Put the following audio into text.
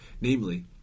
Namely